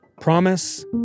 promise